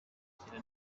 cyenda